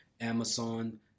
Amazon